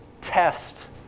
test